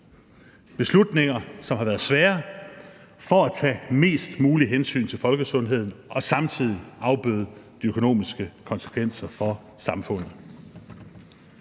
beslutninger, som har været svære, for at tage mest muligt hensyn til folkesundhed og samtidig afbøde de økonomiske konsekvenser for samfundet.